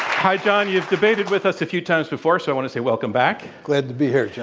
hi, john. you've debated with us a few times before, so i want to say, welcome back. glad to be here, john.